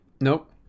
nope